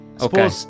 Okay